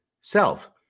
self